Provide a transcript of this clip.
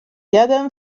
jadę